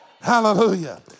Hallelujah